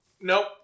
Nope